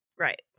Right